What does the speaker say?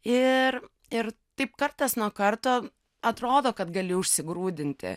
ir ir taip kartas nuo karto atrodo kad gali užsigrūdinti